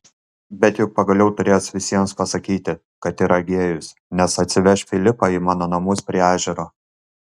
bet juk pagaliau turės visiems pasakyti kad yra gėjus nes atsiveš filipą į mano namus prie ežero